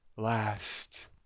Last